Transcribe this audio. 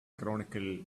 chronicle